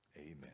Amen